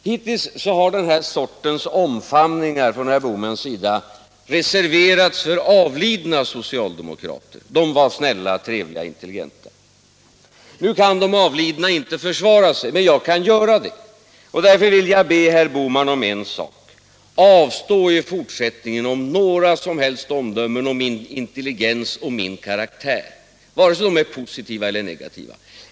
Hittills har den här sortens omfamningar från herr Bohmans sida reserverats för avlidna socialdemokrater — de var snälla, trevliga och intelligenta. De avlidna kan inte försvara sig, men jag kan göra det. Därför vill jag be herr Bohman om en sak: Avstå i fortsättningen från alla omdömen om min intelligens och min karaktär, vare sig dessa är positiva eller negativa!